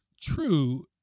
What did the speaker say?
true